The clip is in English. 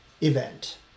event